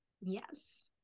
Yes